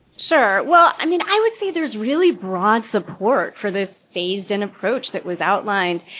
sure. well, i mean, i would say there's really broad support for this phased-in approach that was outlined.